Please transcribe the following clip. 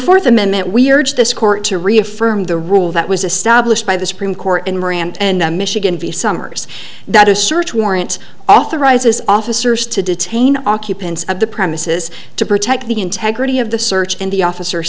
fourth amendment weirds this court to reaffirm the rule that was established by the supreme court and moran and michigan v summers that a search warrant authorizes officers to detain occupants of the premises to protect the integrity of the search and the officer